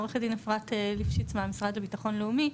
אני עורכת הדין אפרת ליפשיץ מהלשכה המשפטית במשרד לביטחון לאומי.